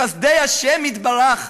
בחסדי השם יתברך,